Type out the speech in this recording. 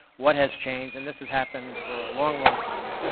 what has changed, and this has happened for a long, long time,